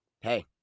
hey